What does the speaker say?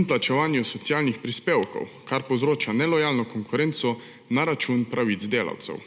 in plačevanju socialnih prispevkov, kar povzroča nelojalno konkurenco na račun pravic delavcev.